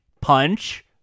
punch